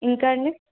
ఇంకా అండి